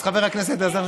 אז חבר הכנסת אלעזר,